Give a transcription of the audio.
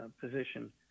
position